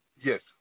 Yes